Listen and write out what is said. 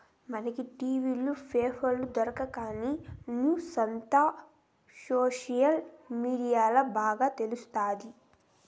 మనకి టి.వీ లు, పేపర్ల దొరకని న్యూసంతా సోషల్ మీడియాల్ల బాగా తెలుస్తాది